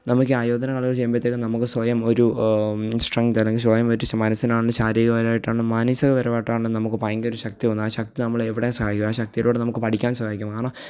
നമുക്കീ ആയോധനകലകള് ചെയ്യുമ്പോഴത്തേക്കും നമുക്ക് സ്വയം ഒരു സ്ട്രെങ്ങ്ത് അല്ലെങ്കില് മ്മറ്റിച്ച് മനസ്സിനാണേലും ശാരീരികപരമായിട്ടാണ് മാനസികപരമായിട്ടാണ് നമുക്ക് ഭയങ്കരമൊരുശക്തി വന്ന് ആ ശക്തി നമ്മളെ എവിടെയും സഹായിക്കും ആ ശക്തിയുടെ കൂടെ നമുക്ക് പഠിക്കാന് സഹായിക്കും നാളെ